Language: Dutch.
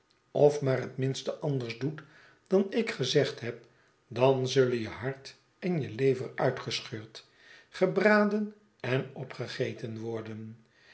of maar het minste anders doet dan ik gezegd heb dan zullenje hart en je lever uitgescheurd gebraden en opgegeten worden